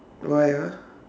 why ah